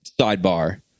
sidebar